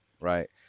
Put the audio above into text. right